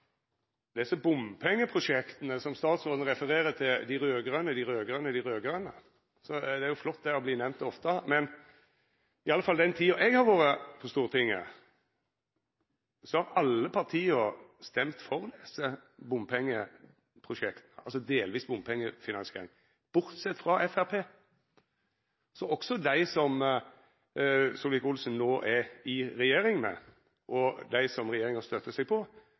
bompengeprosjekta der statsråden refererer til dei raud-grøne, dei raud-grøne, dei raud-grøne – det er jo flott å verta nemnt ofte – har alle partia, i alle fall i den tida eg har vore på Stortinget, røysta for desse bompengeprosjekta, røysta for delvis bompengefinansiering, bortsett frå Framstegspartiet. Også dei som Solvik-Olsen no er i regjering med, og dei som regjeringa støttar seg på,